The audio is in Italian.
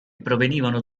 provenivano